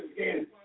again